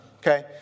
okay